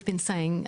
כפי שאמרנו,